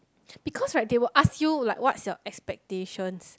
because right they will ask you like what's your expectation